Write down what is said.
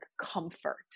comfort